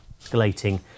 escalating